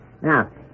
Now